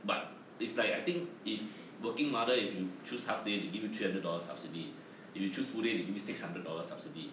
but it's like I think if working mother if you choose half day they give you three hundred dollar subsidy if you choose full day they give you six hundred dollar subsidy